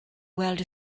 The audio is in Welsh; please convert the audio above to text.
weld